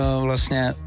vlastně